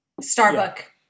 Starbuck